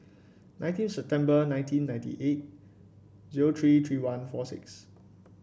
nineteen September nineteen ninety eight zero three three one forty six